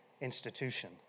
institution